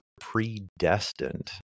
predestined